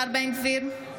(קוראת בשמות חברי הכנסת)